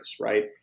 right